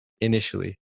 initially